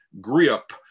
grip